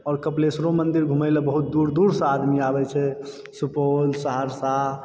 आओर कपिलेश्वरो मन्दिर घुमयलऽ बहुत दूर दूरसँ आदमी आबैत छै सुपौल सहरसा